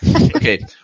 Okay